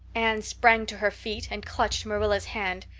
anne sprang to her feet and clutched marilla's hand.